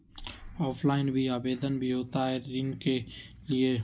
Offline भी आवेदन भी होता है ऋण के लिए?